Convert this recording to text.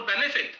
benefit